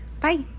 Bye